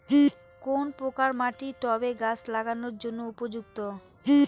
কোন প্রকার মাটি টবে গাছ লাগানোর জন্য উপযুক্ত?